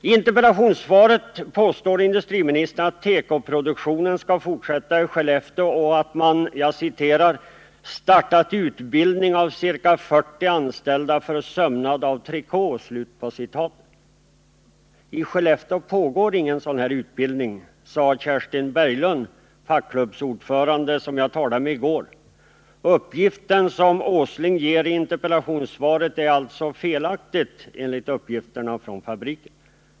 I interpellationssvaret påstår industriministern att tekoproduktionen skall fortsätta i Skellefteå och att man ”startat en utbildning av ca 40 anställda för sömnad av trikå”. I Skellefteå pågår ingen sådan utbildning, sade Kerstin Berglund, fackklubbsordförande, som jag talade med i går. Den uppgift som Nils Åsling lämnar i interpellationssvaret är alltså felaktig enligt vad som uppges från fabriken.